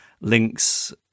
links